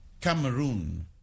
Cameroon